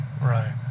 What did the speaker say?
Right